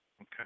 Okay